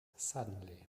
suddenly